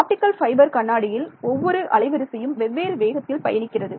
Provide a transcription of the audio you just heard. optical fibre கண்ணாடியில் ஒவ்வொரு அலைவரிசையும் வெவ்வேறு வேகத்தில் பயணிக்கிறது